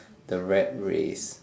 the rat race